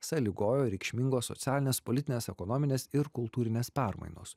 sąlygojo reikšmingos socialinės politinės ekonominės ir kultūrinės permainos